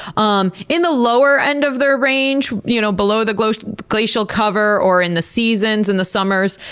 um in the lower end of their range, you know below the glacial glacial cover, or in the seasons, in the summers,